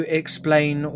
explain